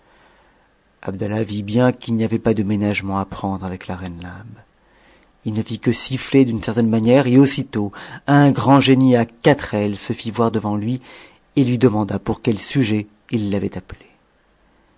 avec reine labe il ne fit que siffler d'une certaine manière et aussitôt grand génie à quatre ailes se fit voir devant lui et lui demanda pour me sujet il l'avait appelé